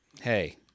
Hey